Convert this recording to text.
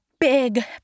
big